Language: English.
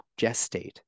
gestate